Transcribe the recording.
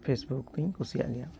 Facebook ᱫᱩᱧ ᱠᱩᱥᱤᱭᱟᱜ ᱜᱮᱭᱟ